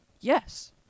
Yes